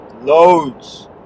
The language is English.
Loads